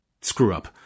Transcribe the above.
screw-up